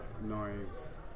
noise